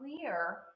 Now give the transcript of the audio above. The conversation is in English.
clear